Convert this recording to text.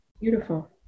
beautiful